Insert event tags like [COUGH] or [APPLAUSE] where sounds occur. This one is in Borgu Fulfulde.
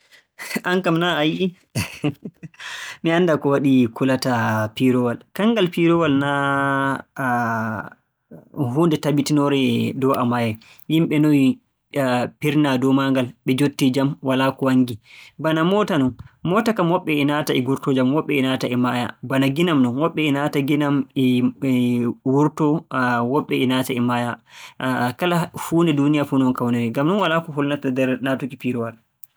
Aan kam naa a yi'ii [NOISE] mi anndaa ko waɗi kulataa piiroowal [HESITATION] kanngal piiroowal naa [HESITATION] huunde tabitinoore dow a maayay. Yimɓe noye piirnaa dow maagal, ɓe njotti jam. Ba moota non, moota kam woɓɓe e naata e ngurtoo jam, woɓɓ e naata e maaya, bana nginam non, woɓɓe e naata nginam e [HESITATION] naata ngurtoo woɓɓe e naata e maaya. [HESITATION] Ah, kala huunde duuniya fuu non nde woni. Ngam walaa ko hulnata nder naatuki piiroowal.